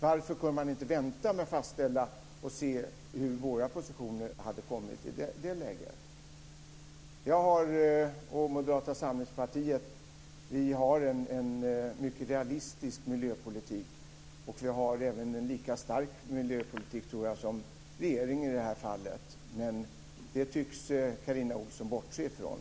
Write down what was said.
Varför kunde man inte vänta med fastställandet och se hur våra positioner hade varit i det läget? Jag och Moderata samlingspartiet har en mycket realistisk miljöpolitik. Vi har nog en lika stark miljöpolitik som regeringen i det här fallet men det tycks Carina Ohlsson bortse från.